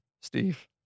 Steve